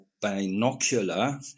binocular